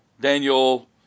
Daniel